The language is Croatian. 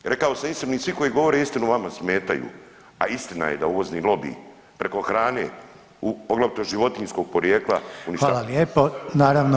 Rekao sam istinu i svi koji govore istinu vama smetaju, a istina je da uvozni lobij preko hrane poglavito životinjskog porijekla uništava